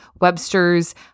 Webster's